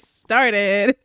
started